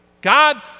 God